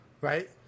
right